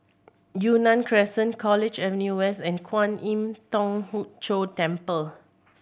Yunnan Crescent College Avenue West and Kwan Im Thong Hood Cho Temple